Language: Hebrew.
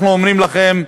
אנחנו אומרים לכם: